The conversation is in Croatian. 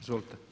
Izvolite.